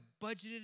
budgeted